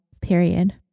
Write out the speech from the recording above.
period